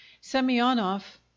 Semyonov